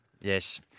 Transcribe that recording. Yes